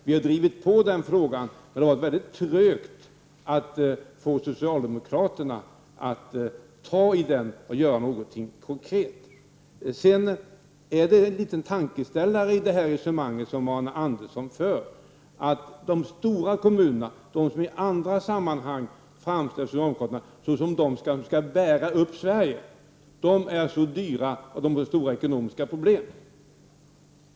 Vi har drivit på den frågan, men det har varit väldigt trögt att få socialdemokraterna att ta itu med frågan och göra något konkret. Det resonemang som Arne Andersson för ger en tankeställare: De stora kommunerna, de som i andra sammanhang framställs av socialdemokraterna som om dessa skall bära upp hela Sverige, är dyra och har stora ekono miska problem.